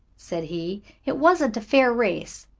said he. it wasn't a fair race.